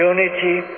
Unity